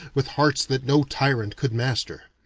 with hearts that no tyrant could master.